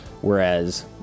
whereas